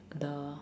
the